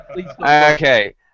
Okay